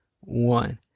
one